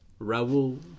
raul